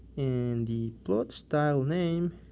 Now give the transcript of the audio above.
and the plot style name,